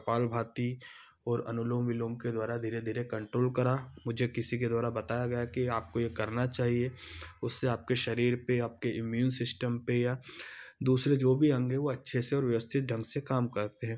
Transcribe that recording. कपाल भाती और अनुलोम विलोम के द्वारा धीरे धीरे कंट्रोल करा मुझे किसी के द्वारा बताया गया कि आपको ये करना चाहिए उससे आपके शरीर पर आपके इम्यून सिस्टम पर या दूसरे जो भी अंग हैं वो अच्छे से और व्यवस्थित ढंग से काम करते हैं